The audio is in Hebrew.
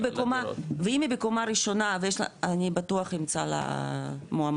ואם היא בקומה ראשונה, אני בטוח אמצע לה מועמד.